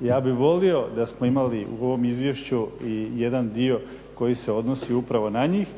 Ja bih volio da smo imali u ovom izvješću i jedan dio koji se odnosi upravo na njih